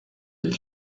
del